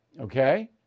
Okay